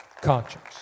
conscience